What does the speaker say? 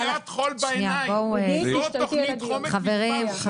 בריאות הציבור חשובה להם.